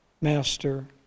Master